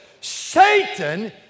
Satan